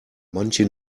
manche